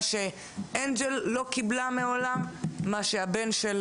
מה שאנג'ל לא קיבלה מעולם, מה שהבן של